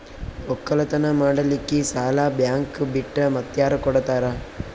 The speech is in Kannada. ಒಕ್ಕಲತನ ಮಾಡಲಿಕ್ಕಿ ಸಾಲಾ ಬ್ಯಾಂಕ ಬಿಟ್ಟ ಮಾತ್ಯಾರ ಕೊಡತಾರ?